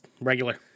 Regular